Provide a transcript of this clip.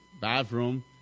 bathroom